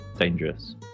dangerous